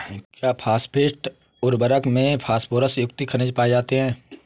क्या फॉस्फेट उर्वरक में फास्फोरस युक्त खनिज पाए जाते हैं?